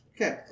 Okay